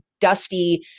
dusty